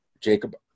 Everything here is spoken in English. Jacob